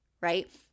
right